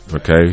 Okay